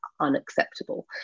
unacceptable